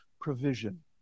provision